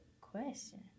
question